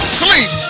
sleep